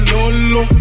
Lolo